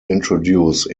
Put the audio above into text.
introduce